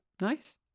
Nice